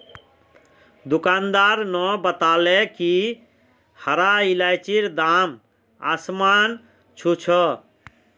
दुकानदार न बताले कि हरा इलायचीर दाम आसमान छू छ